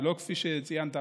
ולא כפי שציינת,